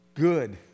Good